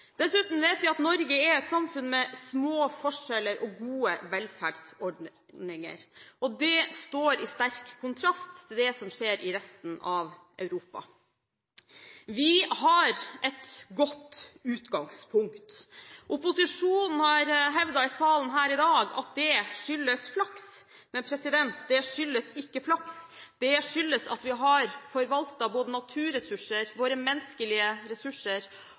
Dessuten vet vi at Norge er et samfunn med små forskjeller og gode velferdsordninger. Det står i sterk kontrast til det som skjer i resten av Europa. Vi har et godt utgangspunkt. Opposisjonen har hevdet i salen her i dag at det skyldes flaks. Men det skyldes ikke flaks, det skyldes at vi har forvaltet både naturressurser, våre menneskelige ressurser